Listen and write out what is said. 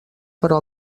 però